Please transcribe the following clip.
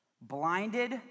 Blinded